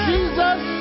Jesus